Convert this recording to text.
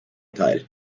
teil